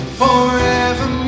forever